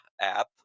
app